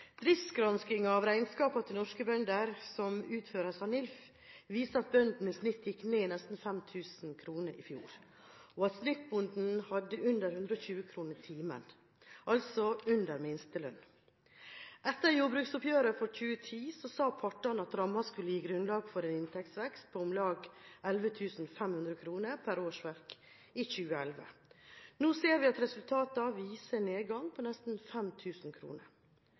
av regnskapene til norske bønder – som utføres av Norsk institutt for landbruksøkonomisk forskning, NILF – viser at bøndene i snitt gikk ned nesten 5 000 kr i inntekt i fjor, og at snittbonden hadde under 120 kr i timen, altså under minstelønn. Etter jordbruksoppgjøret for 2010, sa partene at rammen skulle gi grunnlag for en inntektsvekst på om lag 11 500 kr per årsverk i 2011. Nå ser vi at resultatene viser nedgang på nesten